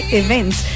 events